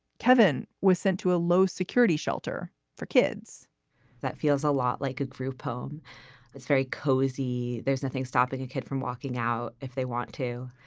kevin was sent to a low security shelter for kids that feels a lot like a group home it's very cozy. cozy. there's nothing stopping a kid from walking out if they want to.